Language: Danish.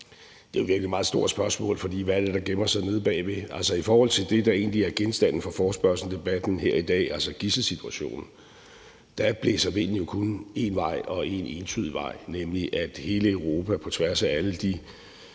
Det er virkelig et meget stort spørgsmål, for hvad er det, der gemmer sig nede bagved? Altså, i forhold til det, der egentlig er genstanden for forespørgselsdebatten her i dag, altså gidselsituationen, blæser vindene jo kun én vej og én entydig vej, nemlig at der i hele Europa på tværs af alle de